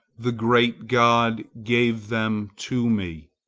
the great god gave them to me.